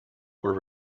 were